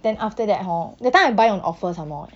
then after that hor that time I buy on offer some more eh